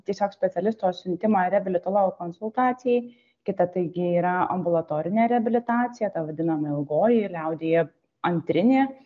tiesiog specialisto siuntimą reabilitologo konsultacijai kita taigi yra ambulatorinė reabilitacija ta vadinama ilgoji liaudyje antrinė